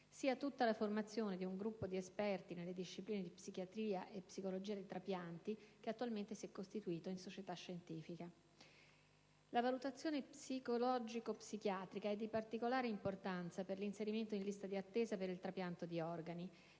sia tutta la formazione di un gruppo di esperti nelle discipline di psichiatria e psicologia dei trapianti, che attualmente si è costituito in società scientifica. La valutazione psicologico-psichiatrica è di particolare importanza per l'inserimento in lista di attesa per il trapianto di organi.